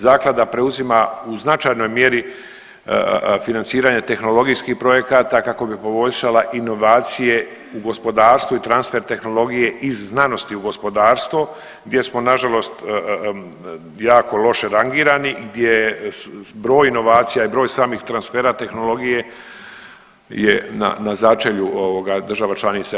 Zaklada preuzima u značajnoj mjeri financiranje tehnologijskih projekata kako bi poboljšala inovacije u gospodarstvu i transfer tehnologije iz znanosti u gospodarstvo, gdje smo na žalost jako loše rangirani, gdje broj inovacija, broj samih transfera, tehnologije je na začelju država članica EU.